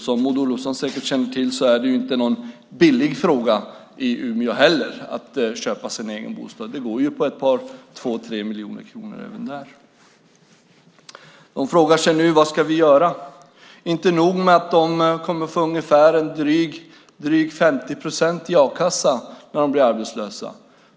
Som Maud Olofsson säkert känner till är det inte någon billig affär heller i Umeå att köpa sig en egen bostad. Det går på ett par tre miljoner kronor även där. De frågar sig nu: Vad ska vi göra? Inte nog med att de kommer att få ungefär en drygt 50-procentig a-kassa när de blir arbetslösa.